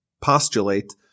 postulate